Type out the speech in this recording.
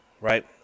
right